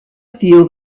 feel